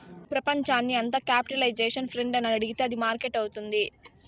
ప్రపంచాన్ని అంత capitalisation friend అని అడిగితే అది మార్కెట్ అవుతుంది